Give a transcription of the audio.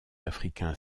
africain